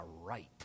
right